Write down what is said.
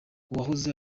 uwahoze